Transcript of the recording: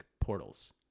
portals